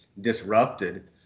disrupted